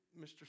Mr